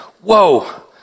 whoa